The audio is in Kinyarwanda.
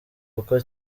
kuko